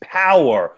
power